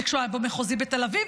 וכשהוא היה במחוזי בתל אביב,